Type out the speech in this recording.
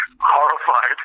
horrified